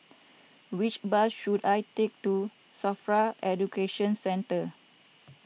which bus should I take to Safra Education Centre